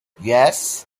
yes